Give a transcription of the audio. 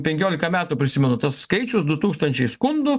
penkiolika metų prisimenu tas skaičius du tūkstančiai skundų